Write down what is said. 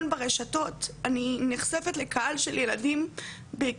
ואני רואה את כמויות האלימות שם,